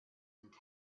and